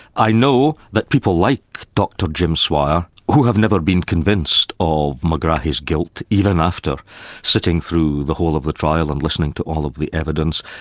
i know that people like dr jim swire who have never been convinced of megrahi's guilt, even after sitting through the whole of the trial and listening to all of the evidence,